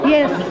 Yes